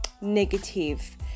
negative